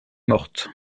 morte